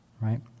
right